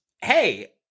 hey